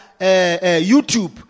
YouTube